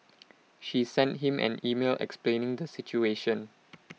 she sent him an email explaining the situation